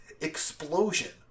Explosion